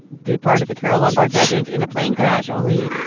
the part of the carole lombard legend in a plane crash only,